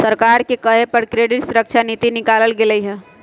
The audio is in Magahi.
सरकारे के कहे पर क्रेडिट सुरक्षा नीति निकालल गेलई ह